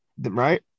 right